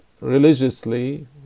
religiously